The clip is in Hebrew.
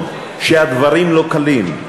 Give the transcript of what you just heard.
נכון שהדברים לא קלים,